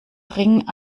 ring